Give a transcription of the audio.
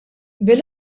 bil